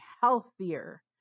healthier